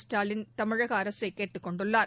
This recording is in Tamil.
ஸ்டாலின் தமிழக அரசை கேட்டுக்கொண்டுள்ளார்